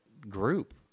group